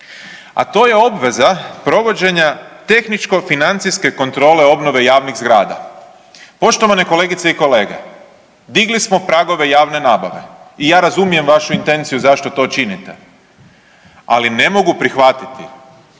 a to je obveza provođenja tehničko financijske kontrole obnove javnih zgrada. Poštovane kolegice i kolege, digli smo pragove javne nabave i ja razumijem vašu intenciju zašto to činite, ali ne mogu prihvatiti